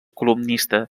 columnista